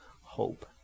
hope